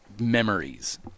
memories